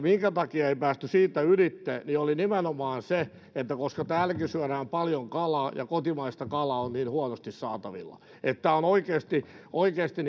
syynä siihen minkä takia ei päästy siitä ylitse oli nimenomaan se että täälläkin syödään paljon kalaa ja kotimaista kalaa on niin huonosti saatavilla että tämä on oikeasti oikeasti